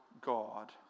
God